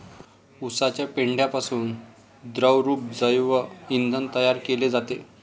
उसाच्या पेंढ्यापासून द्रवरूप जैव इंधन तयार केले जाते